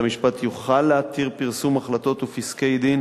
בית-המשפט יוכל להתיר פרסום החלטות ופסקי-דין